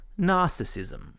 narcissism